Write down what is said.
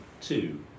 Two